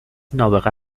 نابغه